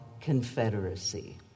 Confederacy